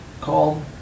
called